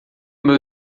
meu